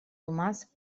tomàs